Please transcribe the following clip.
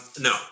no